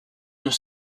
nous